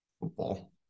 football